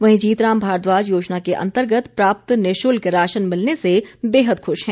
वहीं जीत राम भारद्वाज योजना के अंतर्गत प्राप्त निःशुल्क राशन मिलने से बेहद खुश हैं